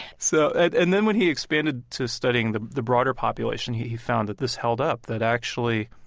so, and then when he expanded to studying the the broader population, he found that this held up. that actually,